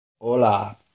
Hola